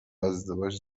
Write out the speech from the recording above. ازدواج